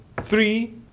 three